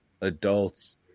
adults